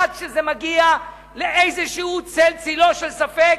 עד שזה מגיע לאיזשהו צל צלו של ספק,